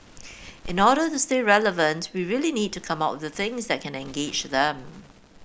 in order to stay relevant we really need to come up with things that can engage them